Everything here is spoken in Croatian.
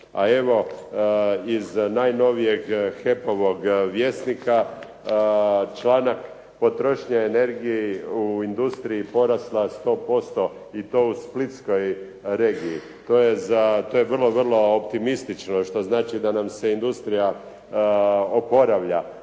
A evo, iz najnovijeg HEP-ovog Vjesnika članak "Potrošnja energije u industriji je porasla 100% i to u splitskoj regiji". To je vrlo optimistično što znači da nam se industrija oporavlja.